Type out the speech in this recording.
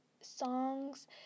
songs